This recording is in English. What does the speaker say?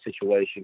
situation